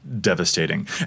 devastating